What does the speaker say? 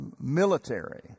military